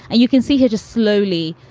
and you can see he just slowly,